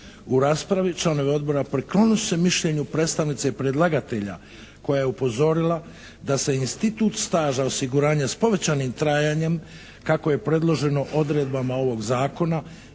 U raspravi članovi Odbora priklonili su se mišljenju predstavnice predlagatelja koja je upozorila da se institut staža osiguranja s povećanim trajanjem kako je predloženo odredbama ovog zakona